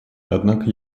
однако